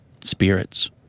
spirits